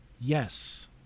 yes